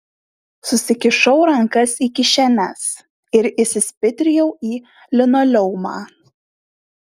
susikišau rankas į kišenes ir įsispitrijau į linoleumą